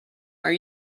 are